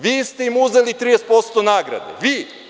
Vi ste im uzeli 30% nagrade, vi.